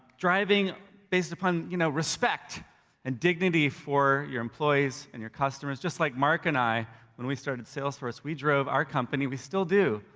driving based upon you know respect and dignity for your employees and your customers, just like mark and i when we started salesforce. we drove our company, we still do,